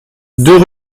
deux